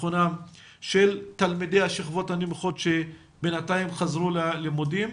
בטחונם של תלמידי השכבות הנמוכות שבינתיים חזרו ללימודים.